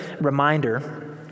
reminder